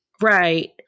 Right